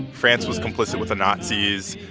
france was complicit with the nazis.